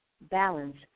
balance